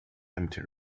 empty